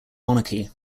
monarchy